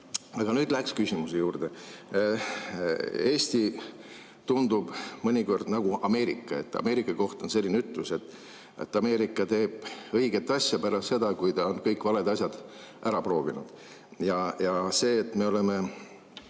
nüüd lähen küsimuse juurde. Eesti tundub mõnikord olevat nagu Ameerika. Ameerika kohta on selline ütlus, et Ameerika teeb õiget asja pärast seda, kui ta on kõik valed asjad ära proovinud. See, et me oleme